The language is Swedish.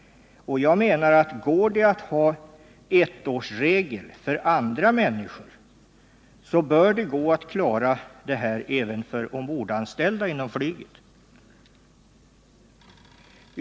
Och jag menar att om det går att ha ettårsregeln för andra människor så bör det gå att klara det även för ombordanställda inom flyget.